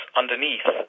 underneath